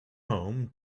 home